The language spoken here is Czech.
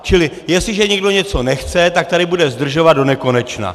Čili jestliže někdo něco nechce, tak tady bude zdržovat donekonečna.